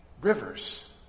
rivers